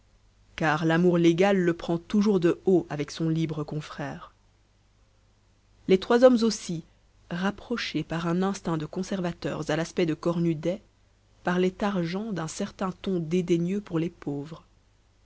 car l'amour légal le prend toujours de haut avec son libre confrère les trois hommes aussi rapprochés par un instinct de conservateurs à l'aspect de cornudet parlaient argent d'un certain ton dédaigneux pour les pauvres